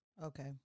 Okay